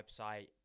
website